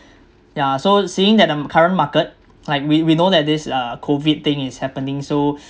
yeah so seeing that um current market like we we know that this uh COVID thing is happening so